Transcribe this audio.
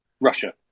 Russia